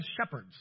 shepherds